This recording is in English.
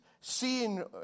seeing